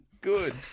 Good